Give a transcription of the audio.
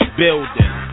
building